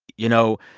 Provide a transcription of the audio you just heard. you know,